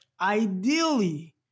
ideally